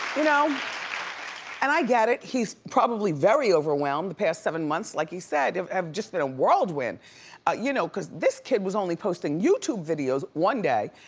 you know and i get it, he's probably very overwhelmed. the past seven months, like he said, have just been a whirlwind. ah you know cause this kid was only posting youtube videos one day,